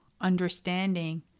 understanding